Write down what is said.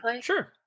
Sure